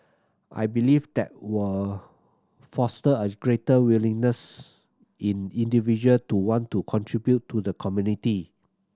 I believe that were foster a greater willingness in individual to want to contribute to the community